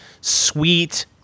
sweet